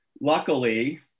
Luckily